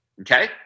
okay